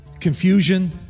Confusion